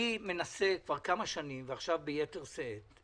אני מנסה כבר כמה שנים ועכשיו ביתר שאת,